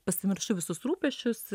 pasimiršta visus rūpesčius